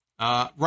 Right